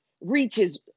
reaches